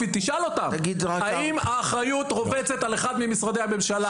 תשאל אותם: האם האחריות רובצת על אחד ממשרדי הממשלה?